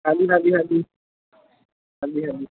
ਹਾਂਜੀ ਹਾਂਜੀ ਹਾਂਜੀ ਹਾਂਜੀ ਹਾਂਜੀ